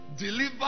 Deliver